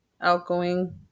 outgoing